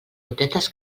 gotetes